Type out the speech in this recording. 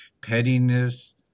pettiness